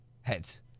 Heads